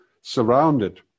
surrounded